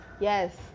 Yes